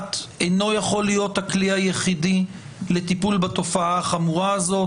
המשפט אינו יכול להיות הכלי היחיד לטיפול בתופעה החמורה הזאת.